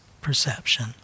perception